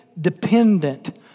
dependent